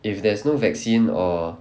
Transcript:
if there's no vaccine or